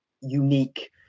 unique